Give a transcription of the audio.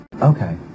Okay